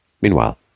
Meanwhile